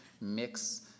mix